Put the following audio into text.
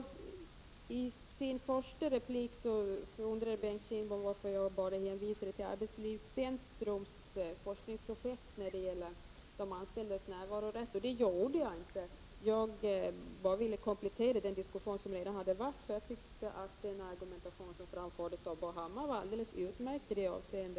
I sin första replik undrade Bengt Kindbom varför jag bara hänvisade till Arbetslivscentrums forskningsprojekt när det gäller de anställdas närvarorätt. Det gjorde jag inte. Jag ville bara komplettera den diskussion som redan varit, för jag tyckte att den argumentation som framfördes av Bo Hammar var alldeles utmärkt i det avseendet.